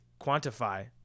quantify